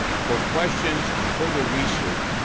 for questions and further research,